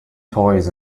toys